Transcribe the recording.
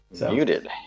Muted